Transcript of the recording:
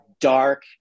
dark